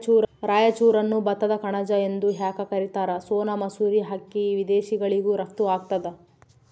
ರಾಯಚೂರನ್ನು ಭತ್ತದ ಕಣಜ ಎಂದು ಯಾಕ ಕರಿತಾರ? ಸೋನಾ ಮಸೂರಿ ಅಕ್ಕಿ ವಿದೇಶಗಳಿಗೂ ರಫ್ತು ಆಗ್ತದ